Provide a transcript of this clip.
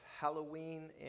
Halloween